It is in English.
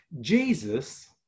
Jesus